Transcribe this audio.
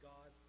God